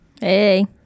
Hey